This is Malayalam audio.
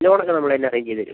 ലോൺ നമ്മൾ തന്നെ അറേഞ്ച് ചെയ്തുതരും